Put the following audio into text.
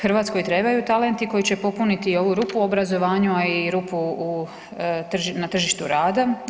Hrvatskoj trebaju talenti koji će popuniti ovu rupu u obrazovanju, ali i rupu na tržištu rada.